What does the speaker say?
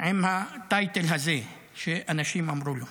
עם הטייטל הזה, שאנשים אמרו לו.